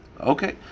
Okay